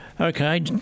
Okay